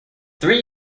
three